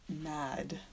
mad